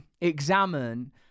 examine